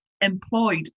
employed